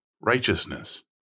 righteousness